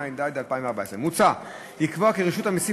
התשע"ד 2014. מוצע לקבוע כי רשות המסים